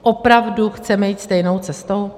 Opravdu chceme jít stejnou cestou?